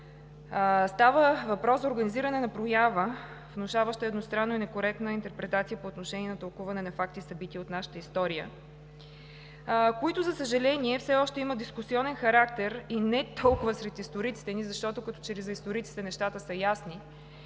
Става въпрос за организиране на проява, внушаваща едностранна и некоректна интерпретация по отношение на тълкуване на факти и събития от нашата история, които, за съжаление, все още имат дискусионен характер и не толкова сред историците ни, защото като че ли за историците нещата са ясни,